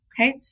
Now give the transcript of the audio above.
okay